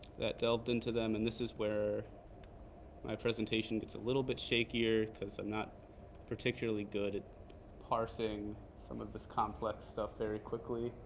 that delved into them. and this is where my presentation gets a little bit shakier because i'm not particularly good at parsing some of this complex stuff very quickly.